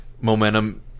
momentum